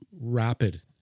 rapid